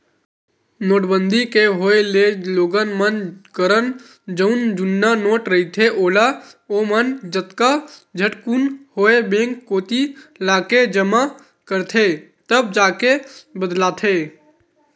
नोटबंदी के होय ले लोगन मन करन जउन जुन्ना नोट रहिथे ओला ओमन जतका झटकुन होवय बेंक कोती लाके जमा करथे तब जाके बदलाथे